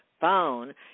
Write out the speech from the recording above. phone